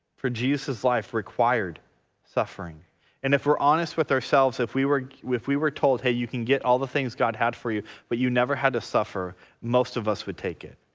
for jesus's life required suffering and if we're honest with ourselves if we were if we were told hey you can get all the things god had for you but you never had to suffer most of us would take it.